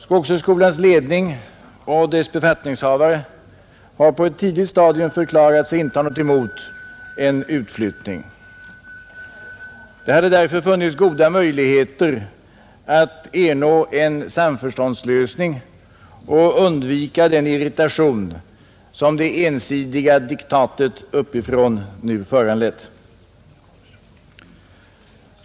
Skogshögskolans ledning och befattningshavare har på ett tidigt stadium förklarat sig inte ha något emot en utflyttning. Det hade därför funnits goda möjligheter att ernå en samförståndslösning och undvika den irritation som det ensidiga diktatet uppifrån nu föranlett.